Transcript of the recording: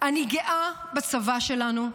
אני גאה בצבא שלנו,